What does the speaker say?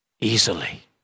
Easily